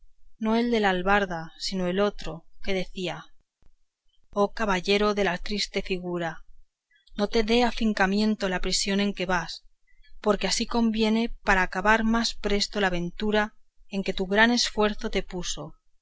el del albarda sino el otro que decía oh caballero de la triste figura no te dé afincamiento la prisión en que vas porque así conviene para acabar más presto la aventura en que tu gran esfuerzo te puso